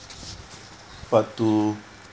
part two